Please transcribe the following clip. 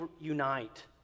unite